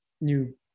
new